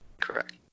Correct